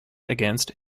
against